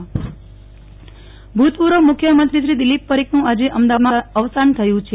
નેહલ ઠક્કર દિલીપ પરીખ અવસાન ભૂતપૂર્વ મુખ્યમંત્રીશ્રી દિલીપ પરીખનું આજે અમદાવાદમાં અવસાન થયું છે